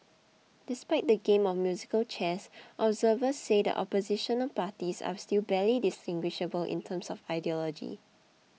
despite the game of musical chairs observers say the Opposition parties are still barely distinguishable in terms of ideology